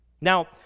Now